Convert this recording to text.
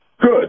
Good